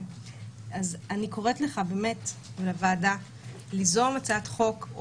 אז אני קוראת לך ולוועדה ליזום הצעת חוק,